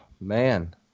man